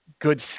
good